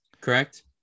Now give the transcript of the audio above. Correct